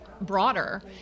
broader